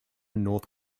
north